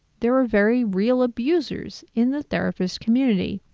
there are very real abusers in the therapist community.